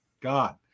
God